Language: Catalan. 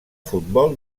futbol